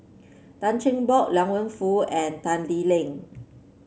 Tan Cheng Bock Liang Wenfu and Tan Lee Leng